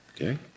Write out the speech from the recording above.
Okay